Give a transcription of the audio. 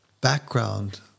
background